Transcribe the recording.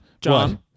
John